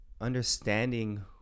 understanding